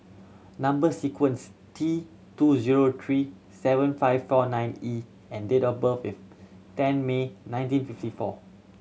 number sequence T two zero three seven five four nine E and date of birth is ten May nineteen fifty four